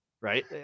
Right